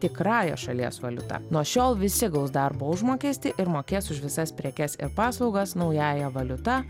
tikrąją šalies valiuta nuo šiol visi gaus darbo užmokestį ir mokės už visas prekes ir paslaugas naująja valiuta